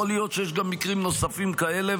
יכול להיות שיש גם מקרים נוספים כאלה.